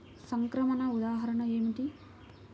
సంక్రమణ ఉదాహరణ ఏమిటి?